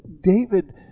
David